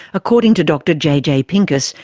according to dr jj pincus,